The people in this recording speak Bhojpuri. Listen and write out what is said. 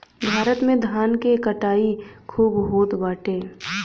भारत में धान के कटाई खूब होत बाटे